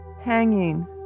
hanging